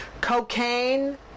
cocaine